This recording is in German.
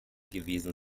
gewesen